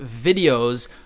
videos